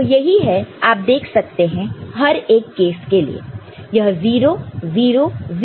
तो यही है आप देख सकते हैं हर एक केस के लिए यह 000 और यह 1 है